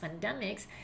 pandemics